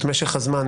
את משך הזמן,